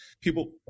people